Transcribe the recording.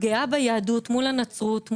גאה ביהדות מול הנצרות,